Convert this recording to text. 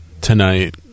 tonight